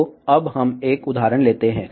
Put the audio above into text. तो अब हम एक उदाहरण लेते हैं